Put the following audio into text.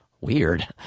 Weird